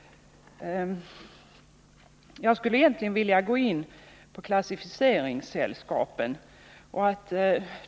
Jag vill gå in på frågan om klassificeringssällskapen.